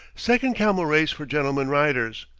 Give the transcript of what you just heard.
second camel race, for gentlemen riders.